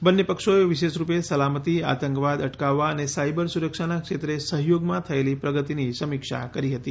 બંને પક્ષોએ વિશેષ રૂપે સલામતી આતંકવાદ અટકાવવા અને સાયબર સુરક્ષાના ક્ષેત્રે સહયોગમાં થયેલી પ્રગતિની સમીક્ષા કરી હતી